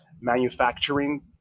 manufacturing